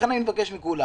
לכן, אני מבקש מכולם